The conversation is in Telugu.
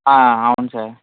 అవును సార్